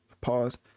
pause